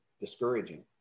discouraging